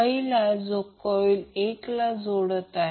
पहिला जो फक्त कॉइल 1 ला जोडत आहे